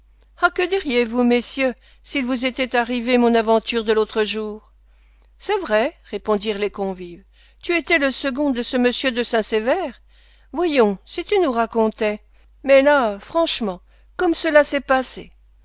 ah que diriez-vous messieurs s'il vous était arrivé mon aventure de l'autre jour c'est vrai répondirent les convives tu étais le second de ce m de saint-sever voyons si tu nous racontais mais là franchement comme cela s'est passé